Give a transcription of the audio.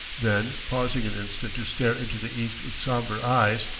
then, pausing an instant to stare into the east with somber eyes,